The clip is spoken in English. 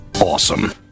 Awesome